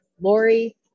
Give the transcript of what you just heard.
Lori